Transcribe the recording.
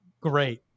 Great